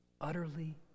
utterly